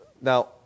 Now